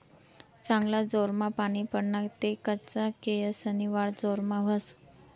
चांगला जोरमा पानी पडना ते कच्चा केयेसनी वाढ जोरमा व्हस